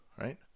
right